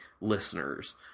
listeners